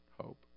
hope